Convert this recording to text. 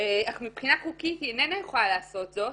אך מבחינה חוקית היא אינה יכולה לעשות זאת.